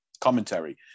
commentary